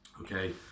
Okay